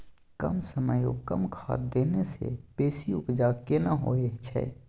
कम समय ओ कम खाद देने से बेसी उपजा केना होय छै?